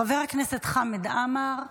חבר הכנסת חמד עמאר,